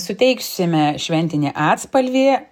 suteiksime šventinį atspalvį